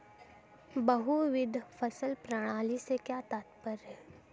बहुविध फसल प्रणाली से क्या तात्पर्य है?